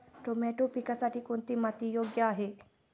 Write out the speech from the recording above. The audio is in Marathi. टोमॅटो पिकासाठी कोणती माती योग्य आहे?